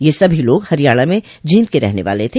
यह सभी लोग हरियाणा में जींद के रहने वाले थे